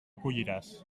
colliràs